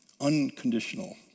unconditional